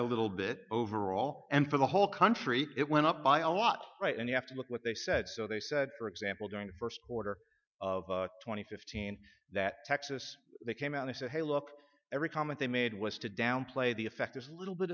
a little bit overall and for the whole country it went up by a lot right and you have to look what they said so they said for example during the first order of twenty fifteen that texas they came out and said hey look every comment they made was to downplay the effect is a little bit